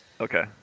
Okay